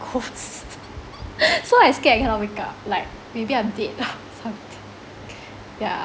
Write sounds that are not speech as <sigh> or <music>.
I'm the ghost <laughs> so I scared I cannot wake up like maybe I'm dead lah <laughs> something <laughs> yeah